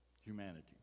humanity